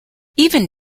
even